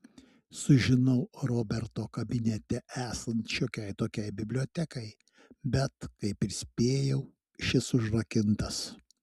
sužinau roberto kabinete esant šiokiai tokiai bibliotekai bet kaip ir spėjau šis užrakintas